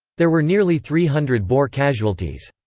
there were nearly three hundred boer casualties.